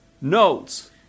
notes